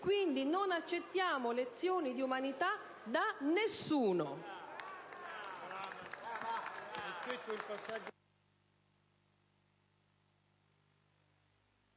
Quindi non accettiamo lezioni di umanità da nessuno.